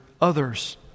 others